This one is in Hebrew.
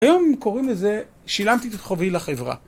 היום קוראים לזה, שילמתי את חובי לחברה.